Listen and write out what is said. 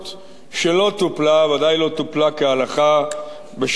שלא טופלה, ודאי לא טופלה כהלכה, בשנים הקודמות.